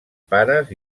pares